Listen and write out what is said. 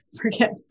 forget